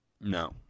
No